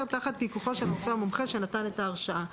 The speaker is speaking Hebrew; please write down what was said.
תחת פיקוחו של הרופא המומחה שנתן את ההרשאה.